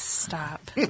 stop